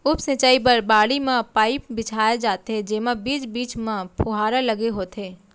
उप सिंचई बर बाड़ी म पाइप बिछाए जाथे जेमा बीच बीच म फुहारा लगे होथे